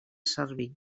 servir